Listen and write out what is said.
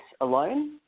alone